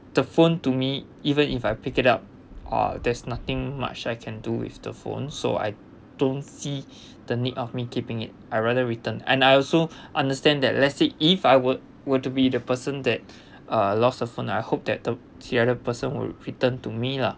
the phone to me even if I pick it up oh there's nothing much I can do with the phone so I don't see the need of me keeping it I rather return and I also understand that let's say if I would would to be the person that uh lost the phone I hope that the the other person would return to me lah